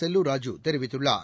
செல்லூர் ராஜூ தெரிவித்துள்ளார்